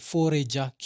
Forager